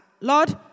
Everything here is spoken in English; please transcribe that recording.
Lord